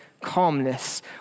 calmness